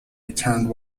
returned